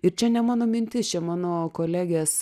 ir čia ne mano mintis čia mano kolegės